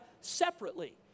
separately